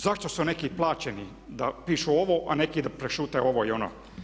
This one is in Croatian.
Zašto su neki plaćeni da pišu ovo, a neki da prešute ovo i ono?